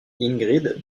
ingrid